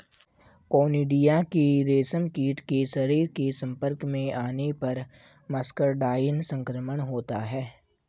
conidia के रेशमकीट के शरीर के संपर्क में आने पर मस्करडाइन संक्रमण होता है